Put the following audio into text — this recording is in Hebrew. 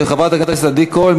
של חברת הכנסת עדי קול.